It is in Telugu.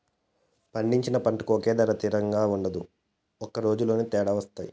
పండించిన పంటకు ఒకే ధర తిరంగా ఉండదు ఒక రోజులోనే తేడా వత్తాయి